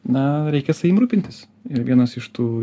na reikia savim rūpintis ir vienas iš tų